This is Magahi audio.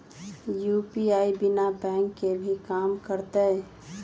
यू.पी.आई बिना बैंक के भी कम करतै?